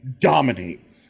dominate